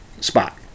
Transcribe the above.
spot